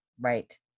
Right